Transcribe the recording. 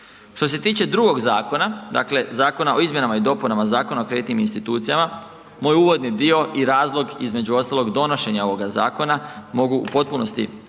Što se tiče drugog zakona, dakle zakona o izmjenama i dopunama Zakona o kreditnim institucijama, moj uvodni dio i razlog između ostalog donošenja ovog zakona, mogu u potpunosti